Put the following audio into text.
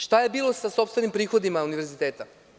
Šta je bilo sa sopstvenim prihodima univerziteta?